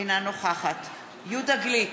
אינה נוכחת יהודה גליק,